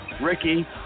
Ricky